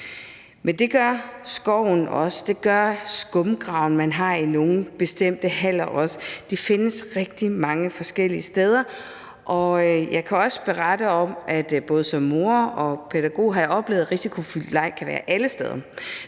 det gør de skumgrave, man har i visse haller, også. Det findes rigtig mange forskellige steder. Og jeg kan også berette om, at jeg både som mor og pædagog har oplevet, at risikofyldt leg kan foregå alle steder.